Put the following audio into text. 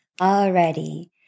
Already